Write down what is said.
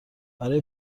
برای